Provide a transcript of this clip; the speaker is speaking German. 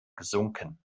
gesunken